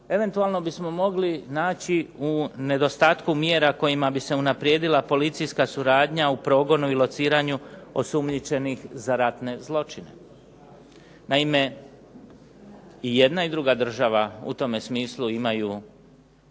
eventualno bismo mogli naći u nedostatku mjera kojima bi se unaprijedila policijska suradnja u progonu i lociranju osumnjičenih za ratne zločine. Naime, i jedna i druga država u tome smislu imaju